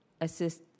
assist